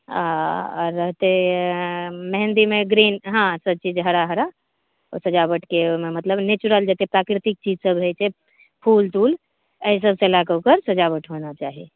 रहतै मेहन्दीमे ग्रीन हँ सभ चीज हरा हरा ओ सजाओटके ओहिमे मतलब नेचुरल जतेक प्राकृतिक चीजसभ होइत छै फूल तूल एहि सभसँ लेकर ओकर सजाओट होना चाही